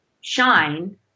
shine